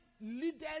leaders